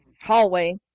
hallway